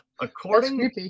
According